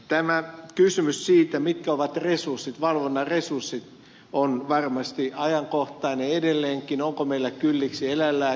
tämä kysymys siitä mitkä ovat valvonnan resurssit on varmasti ajankohtainen edelleenkin onko meillä kylliksi eläinlääkäreitä